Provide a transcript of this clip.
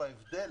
ההבדל